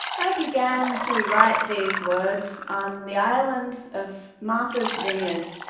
i began to write these words on the island of martha's vineyard,